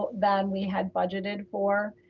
than we had budgeted for.